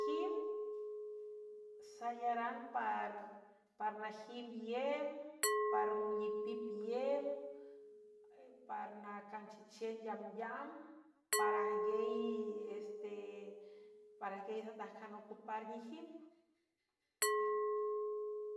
Nejim sayaran par najim iem par mulipip iem par nacanchechien yamyam parajguiey satajcan ocupar nejim.